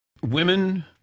Women